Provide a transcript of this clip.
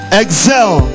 excel